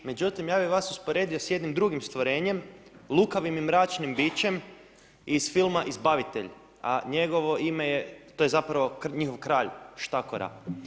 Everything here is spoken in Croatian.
Međutim, ja bih vas usporedio sa jednim drugim stvorenjem lukavim i mračnim bičem iz filma Izbavitelj a njegovo ime je, to je zapravo njihov kralj štakora.